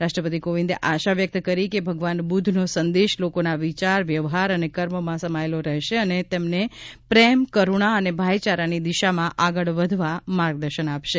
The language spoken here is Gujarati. રાષ્ટ્રપતિ કોવિંદે આશા વ્યક્ત કરી કે ભગવાન બુદ્ધનો સંદેશ લોકોના વિચાર વ્યવહાર અને કર્મમાં સમાયેલો રહેશે અને તેમને પ્રેમ કરૂણ અને ભાઈચારાની દિશામાં આગળ વધવા માર્ગદર્શન આપશે